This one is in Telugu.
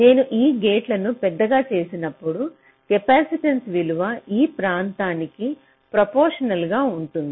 నేను ఈ గేటును పెద్దగా చేసినప్పుడు కెపాసిటెన్స్ విలువ ఈ ప్రాంతానికి ప్రొపోషనల్గా ఉంటుంది